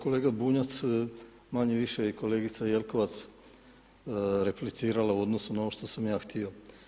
Kolega Bunjac, manje-više i kolegica Jelkovac je replicirala u odnosu na ono što sam ja htio.